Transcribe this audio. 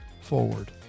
forward